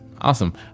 Awesome